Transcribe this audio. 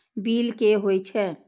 Bill की हौए छै?